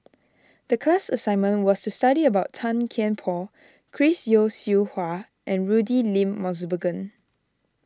the class assignment was to study about Tan Kian Por Chris Yeo Siew Hua and Rudy William Mosbergen